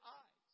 eyes